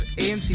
AMC